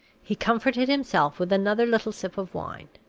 he comforted himself with another little sip of wine,